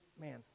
man